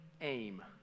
aim